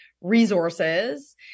resources